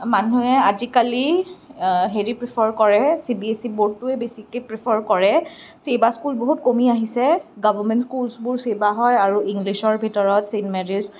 মানুহে আজিকালি হেৰি প্ৰীফাৰ কৰে চিবিএছচি বোৰ্ডটোৱেই বেছিকৈ প্ৰীফাৰ কৰে ছেবা স্কুল বহুত কমি আহিছে গভৰ্ণমেণ্ট স্কুলবোৰ ছেবা হয় আৰু ইংলিছৰ ভিতৰত ছেইণ্ট মেৰীজ